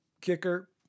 kicker